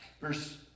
Verse